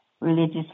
Religious